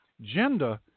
gender